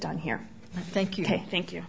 done here thank you thank you